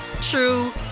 true